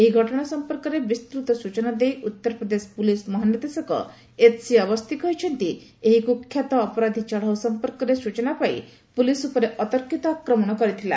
ଏହି ଘଟଣା ସମ୍ପର୍କରେ ବିସ୍ତୃତ ସୂଚନା ଦେଇ ଉତ୍ତରପ୍ରଦେଶ ପୁଲିସ ମହାନିର୍ଦ୍ଦେଶକ ଏଚ୍ସି ଅବସ୍ତି କହିଛନ୍ତି ଏହି କୁଖ୍ୟାତ ଅପରାଧି ଚଢ଼ଉ ସମ୍ପର୍କରେ ସୂଚନା ପାଇ ପୁଲିସ ଉପରେ ଅତର୍କିତ ଆକ୍ରମଣ କରିଥିଲା